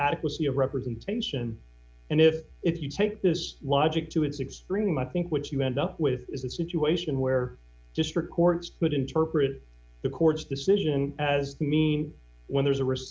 adequacy of representation and if you take this logic to its extreme i think what you end up with is a situation where district courts but interpret the court's decision as mean when there's a r